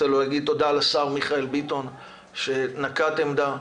אני רוצה להגיד תודה לשר מיכאל ביטון שנקט עמדה,